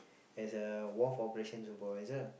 as a wharf operation supervisor ah